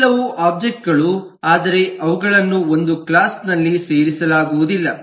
ಇವೆಲ್ಲವೂ ಒಬ್ಜೆಕ್ಟ್ ಗಳು ಆದರೆ ಅವುಗಳನ್ನು ಒಂದು ಕ್ಲಾಸ್ ನಲ್ಲಿ ಸೇರಿಸಲಾಗುವುದಿಲ್ಲ